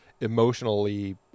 emotionally